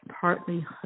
partly